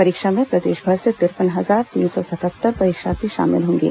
परीक्षा में प्रदेशभर से तिरपन हजार तीन सौ सतहत्तर परीक्षार्थी शामिल होंगे